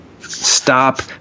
stop